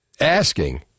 asking